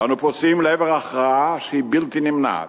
ואנו פוסעים לעבר הכרעה שהיא בלתי נמנעת.